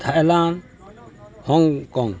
Thailand Hong Kong